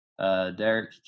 Derek